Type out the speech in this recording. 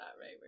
right